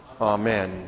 Amen